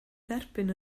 dderbyn